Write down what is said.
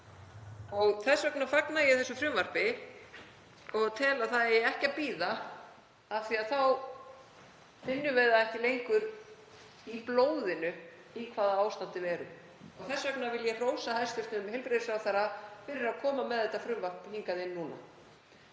og þess vegna fagna ég þessu frumvarpi. Ég tel að það eigi ekki að bíða af því að þá finnum við ekki lengur í blóðinu í hvaða ástandi við erum. Þess vegna vil ég hrósa hæstv. heilbrigðisráðherra fyrir að koma með þetta frumvarp hingað inn núna.